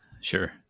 Sure